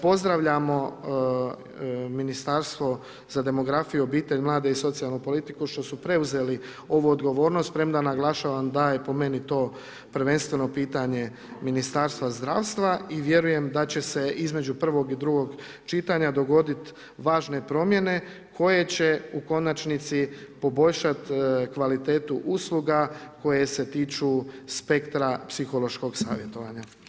Pozdravljamo Ministarstvo za demografiji, obitelj, mlade i socijalnu politiku, što su preuzeli ovu odgovornost, premda naglašavam da je po meni to, prvenstveno pitanje Ministarstva zdravstva i vjerujem da će se između prvog i drugog čitanja dogoditi važna promjene, koje će u konačnici poboljšati kvalitetu usluga, koje se tiču spektra psihološkog savjetovanja.